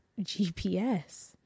GPS